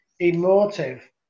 emotive